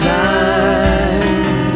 time